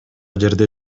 жерде